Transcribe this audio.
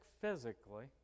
physically